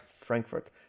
Frankfurt